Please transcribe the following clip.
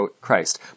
Christ